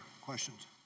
questions